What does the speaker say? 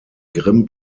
grimm